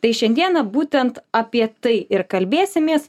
tai šiandieną būtent apie tai ir kalbėsimės